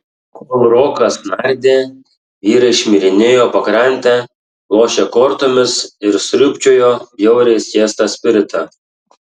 kol rokas nardė vyrai šmirinėjo pakrante lošė kortomis ir sriūbčiojo bjauriai skiestą spiritą